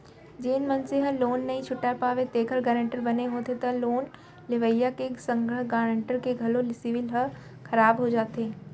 जेन मनसे ह लोन नइ छूट पावय तेखर गारेंटर बने होथे त लोन लेवइया के संघरा गारेंटर के घलो सिविल ह खराब हो जाथे